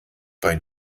bei